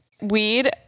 Weed